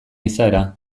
izaera